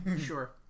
sure